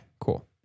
cool